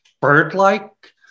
bird-like